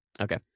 Okay